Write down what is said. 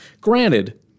Granted